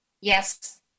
Yes